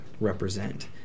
represent